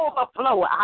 overflow